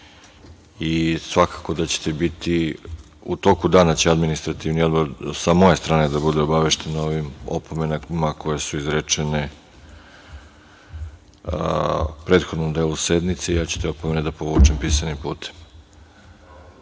skupštine. Svakako, u toku dana će Administrativni odbor, sa moje strane, da bude obavešten o ovim opomenama koje su izrečene u prethodnom delu sednice i ja ću te opomene da povučem pisanim